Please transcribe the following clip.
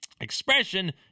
expression